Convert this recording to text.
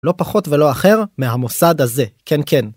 לא פחות ולא אחר מהמוסד הזה, כן כן.